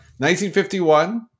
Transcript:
1951